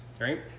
Right